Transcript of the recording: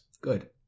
Good